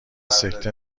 سکته